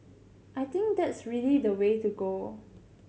I think that's really the way to go